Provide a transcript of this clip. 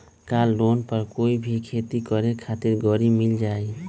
का लोन पर कोई भी खेती करें खातिर गरी मिल जाइ?